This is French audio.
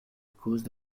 cause